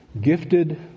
gifted